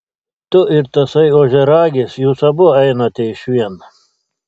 tu ir tasai ožiaragis jūs abu einate išvien